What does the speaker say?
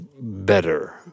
better